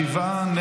שבעה,